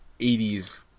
80s